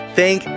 Thank